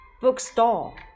bookstore